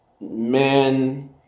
men